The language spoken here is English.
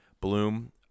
bloom